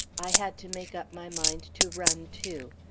i had to make up my mind to run, too.